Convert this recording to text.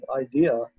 idea